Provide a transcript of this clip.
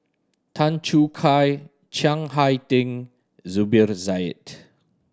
Tan Choo Kai Chiang Hai Ding Zubir Said